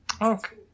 Okay